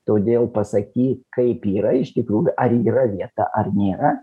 todėl pasakyt kaip yra iš tikrųjų ar yra vieta ar nėra